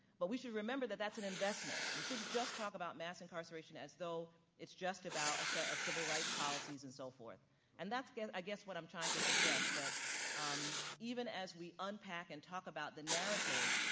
but we should remember that that's an investment, we shouldn't just talk about mass incarceration as though it's just about a set of civil rights policies and so forth and that's, again, i guess what i'm trying to suggest, that um even as we unpack and talk about the narrative,